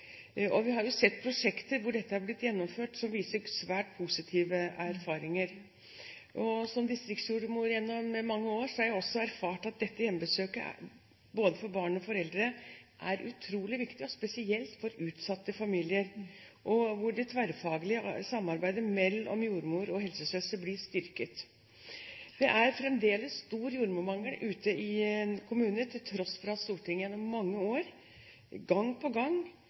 Vi har sett prosjekter hvor dette har blitt gjennomført, der erfaringene har vært svært positive. Som distriktsjordmor gjennom mange år har jeg også erfart at dette hjemmebesøket både for barn og foreldre er utrolig viktig, spesielt for utsatte familier, og det tverrfaglige samarbeidet mellom jordmor og helsesøster blir styrket. Det er fremdeles stor jordmormangel ute i kommunene, til tross for at Stortinget gjennom mange år gang på gang